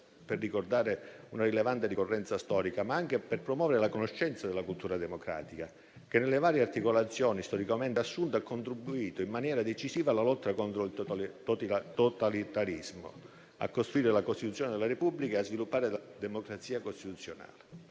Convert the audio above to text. per ricordare una rilevante ricorrenza storica, ma anche per promuovere la conoscenza della cultura democratica che, nelle varie articolazioni storicamente assunte, ha contribuito in maniera decisiva alla lotta contro il totalitarismo, a costruire la costituzione della Repubblica, a sviluppare la democrazia costituzionale